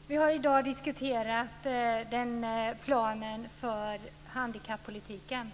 Fru talman! Vi har i dag diskuterat planen för handikappolitiken.